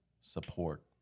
support